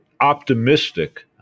optimistic